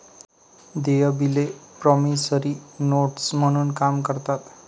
देय बिले promissory notes म्हणून काम करतात